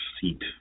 seat